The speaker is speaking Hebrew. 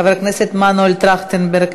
חבר הכנסת מנואל טרכטנברג,